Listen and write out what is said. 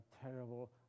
terrible